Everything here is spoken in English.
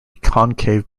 concave